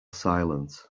silent